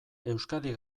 euskadi